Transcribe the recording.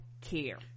care